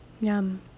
Yum